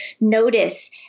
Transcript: notice